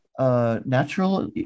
Natural